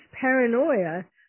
paranoia